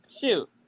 Shoot